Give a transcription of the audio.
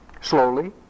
slowly